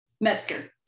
Metzger